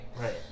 Right